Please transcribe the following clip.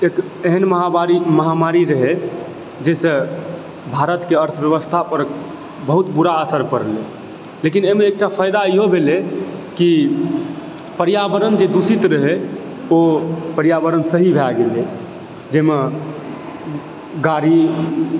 एक एहन महामारी रहए जाहिसँ भारतके अर्थव्यवस्था पर बहुत बुरा असर पड़लै लेकिन एहिमे एकटा फायदा इहो भेलै की पर्यावरण जे दूषित रहए ओ पर्यावरण सही भए गेलै जाहिमे गाड़ी